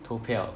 投票